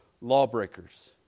lawbreakers